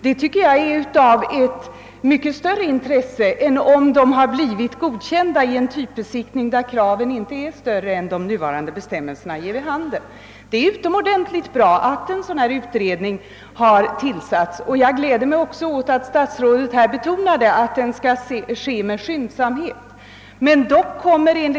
Det tycker jag är av mycket större intresse än det förhållandet, att fordonen har godkänts i en typbesiktning där kraven inte är större än vad nuvarande bestämmelser anger. Det är utomordentligt bra att en utredning har tillsatts, och jag gläder mig över att arbetet i utredningen skall ske med skyndsamhet, vilket statsrådet här har betonat.